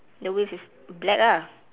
the wheels is black ah